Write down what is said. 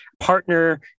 partner